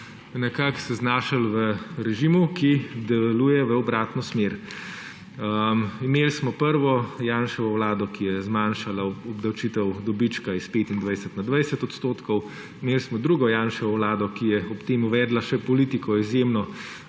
nekako znašli v režimu, ki deluje v obratno smer. Imeli smo prvo Janševo vlado, ki je zmanjšala obdavčitev dobička s 25 na 20 %, imeli smo drugo Janševo vlado, ki je ob tem uvedla še politiko izjemno